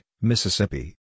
Mississippi